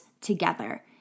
together